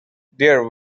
their